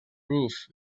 roof